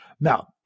Now